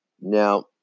Now